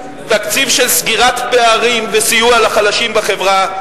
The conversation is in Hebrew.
תקציב של סגירת פערים וסיוע לחלשים בחברה,